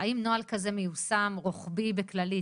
והאם נוהל כזה מיושם רוחבי בכללית?